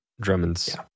Drummond's